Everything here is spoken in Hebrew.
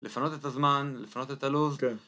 לפנות את הזמן, לפנות את הלו"ז. כן.